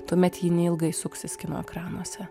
tuomet ji neilgai suksis kino ekranuose